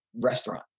restaurant